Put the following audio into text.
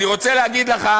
מה קרה לגלנט?